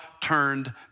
turned